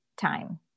time